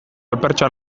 alfertxoa